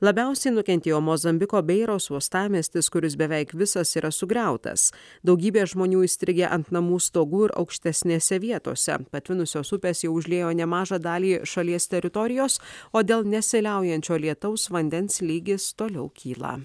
labiausiai nukentėjo mozambiko beiros uostamiestis kuris beveik visas yra sugriautas daugybė žmonių įstrigę ant namų stogų ir aukštesnėse vietose patvinusios upės jau užliejo nemažą dalį šalies teritorijos o dėl nesiliaujančio lietaus vandens lygis toliau kyla